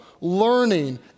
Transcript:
learning